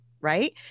right